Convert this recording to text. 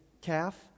calf